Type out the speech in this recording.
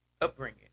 upbringing